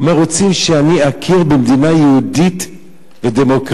הוא אומר: רוצים שאני אכיר במדינה יהודית ודמוקרטית.